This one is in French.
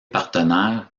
partenaires